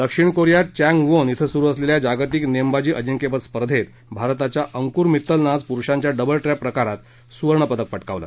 दक्षिण कोरीयात चँगवोन इथं सुरू असलेल्या जागतिक नेमबाजी अजिंक्यपद स्पर्धेत भारताच्या अंक्र मित्तलनं आज प्रुषाच्या डबल ट्रॅप प्रकारात सुवर्णपदक पटकावलं